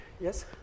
yes